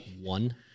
one